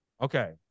Okay